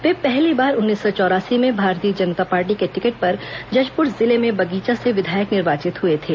वे पहली बार उन्नीस सौ चौरासी में भारतीय जनता पार्टी के टिकट पर जशपुर जिले में बगीचा से विधायक निर्वाचित हुए थे